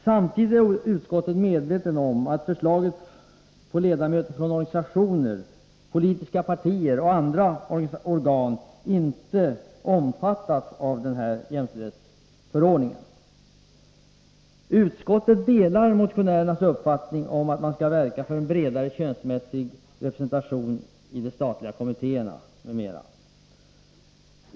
Samtidigt är utskottet medvetet om att förslag på ledamöter från organisationer, politiska partier och andra organ inte omfattas av jämställdhetsförordningen. Utskottet delar motionärernas uppfattning att man skall verka för en bredare könsmässig representation i statliga kommittéer m.m.